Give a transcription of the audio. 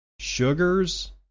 sugars